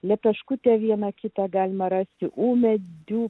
lepeškutę viena kitą galima rasti ūmėdžių